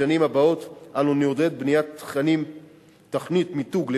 בשנים הבאות אנו נעודד בניית תוכנית מיתוג לבדואים,